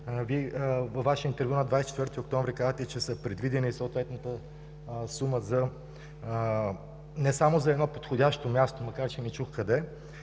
Във Ваше интервю на 24 октомври казахте, че е предвидена съответната сума не само за едно подходящо място – макар че не чух къде